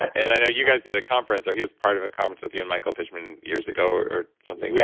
and i know you guys did a conference or he was part of a conference with you and michael fishman years ago or something maybe. yeah.